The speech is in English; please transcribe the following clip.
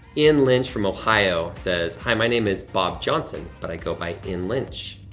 in lynch from ohio says, hi, my name is bob johnson but i go by in lynch.